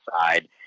side